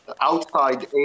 outside